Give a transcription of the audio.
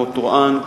טורעאן,